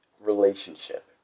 relationship